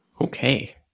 Okay